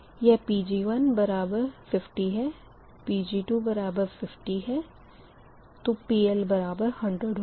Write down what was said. यह Pg1 50 Pg250 तो PL100 होगा